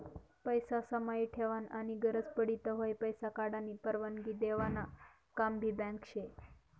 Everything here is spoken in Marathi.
पैसा समाई ठेवानं आनी गरज पडी तव्हय पैसा काढानी परवानगी देवानं काम भी बँक शे